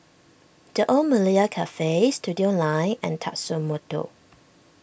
the Old Malaya Cafe Studioline and Tatsumoto